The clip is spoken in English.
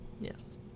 Yes